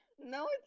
No